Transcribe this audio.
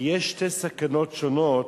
כי יש שתי סכנות שונות